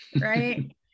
right